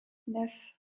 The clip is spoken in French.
neuf